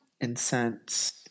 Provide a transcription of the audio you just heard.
incense